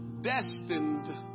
Destined